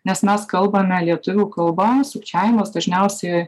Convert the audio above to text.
nes mes kalbame lietuvių kalba sukčiavimas dažniausi